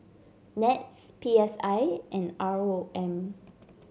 NETS P S I and R O M